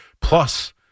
plus